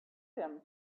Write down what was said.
them